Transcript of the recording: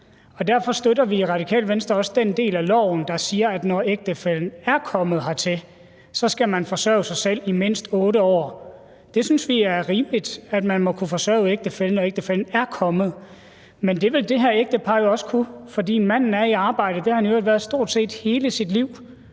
derfor støtter vi i Radikale Venstre også den del af loven, der siger, at når ægtefællen er kommet hertil, skal man forsørge sig selv i mindst 8 år. Vi synes, det er rimeligt, at man må kunne forsørge ægtefællen, når ægtefællen er kommet, men det vil det her ægtepar jo også kunne, fordi manden er i arbejde, og det har han i øvrigt været stort set hele sit liv.